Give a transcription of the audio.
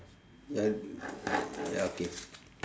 ya ya okay